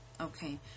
Okay